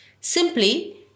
Simply